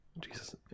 Jesus